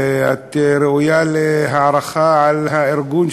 ואת ראויה להערכה על הארגון.